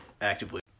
actively